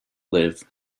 live